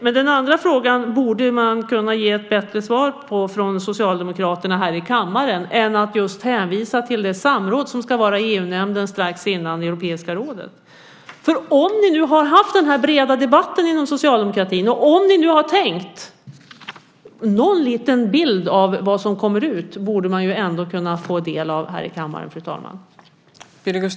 Men den andra frågan borde man kunna ge ett bättre svar på från Socialdemokraterna här i kammaren än att just hänvisa till det samråd som ska vara i EU-nämnden strax före Europeiska rådets möte. Om ni nu har haft den här breda debatten inom socialdemokratin och om ni nu har tänkt, borde man här i kammaren få del av någon liten bild av vad som kommer ut.